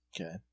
Okay